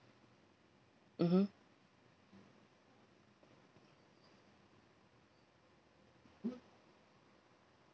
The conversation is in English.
mmhmm